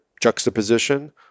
juxtaposition